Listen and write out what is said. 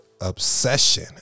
Obsession